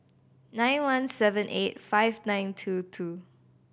nine one seven eight five nine two two